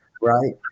right